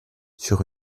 sur